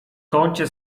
kącie